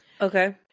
Okay